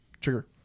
Trigger